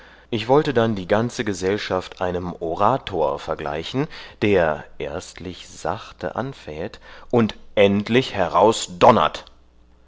ich wollte dann die ganze gesellschaft einem orator vergleichen der erstlich sachte anfähet und endlich